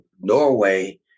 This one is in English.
Norway